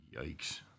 Yikes